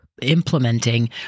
implementing